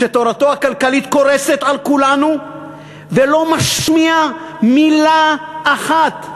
שתורתו הכלכלית קורסת על כולנו ולא משמיע מילה אחת,